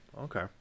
Okay